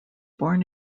born